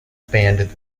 spanned